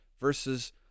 versus